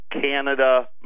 Canada